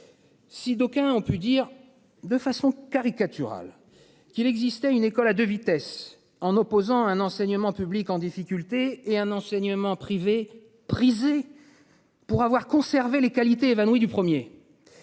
Si d'aucuns ont pu dire de façon caricaturale qu'il existait une école à 2 vitesses, en opposant un enseignement public en difficulté et un enseignement privé prisée. Pour avoir conservé les qualités évanoui du premier.